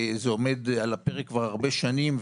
וזה עומד על הפרק כבר הרבה שנים,